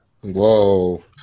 Whoa